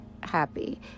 happy